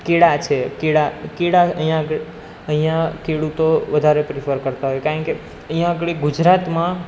કેળા છે કેળા કેળા અહીંયાં આગળ અહીંયાં ખેડૂત વધારે પ્રિફર કરતા હોય કારણ કે અહીંયાં આગળ એ ગુજરાતમાં